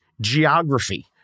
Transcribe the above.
geography